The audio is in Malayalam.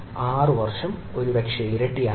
6 വർഷം ഒരുപക്ഷേ ഇരട്ടിയാകാം